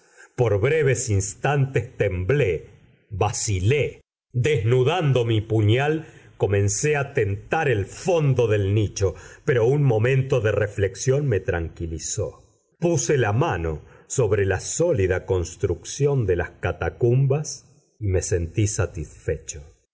por breves instantes temblé vacilé desnudando mi puñal comencé a tentar el fondo del nicho pero un momento de reflexión me tranquilizó puse la mano sobre la sólida construcción de las catacumbas y me sentí satisfecho